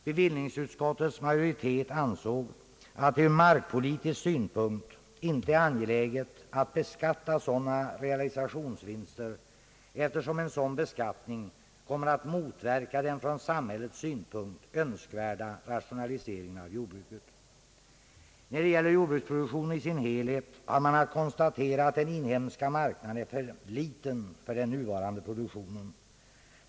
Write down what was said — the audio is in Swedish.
Bevillningsutskottets majoritet ansåg att det ur markpolitisk synpunkt inte är angeläget att beskatta sådana realisationsvinster, eftersom en sådan beskattning kommer att motverka den från samhällets synpunkt önskvärda rationaliseringen av jordbruket. När det gäller jordbruksproduktionen i sin helhet har man att konstatera att den inhemska marknaden är för liten för den nuvarande produktionen.